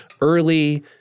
early –